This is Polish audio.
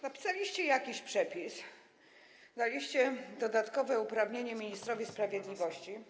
Napisaliście jakiś przepis, daliście dodatkowe uprawnienie ministrowi sprawiedliwości.